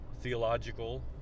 theological